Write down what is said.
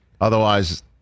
Otherwise